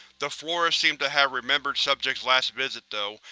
the flora seemed to have remembered subject's last visit, though,